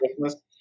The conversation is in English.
Christmas